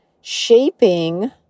shaping